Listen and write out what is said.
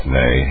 nay